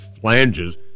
flanges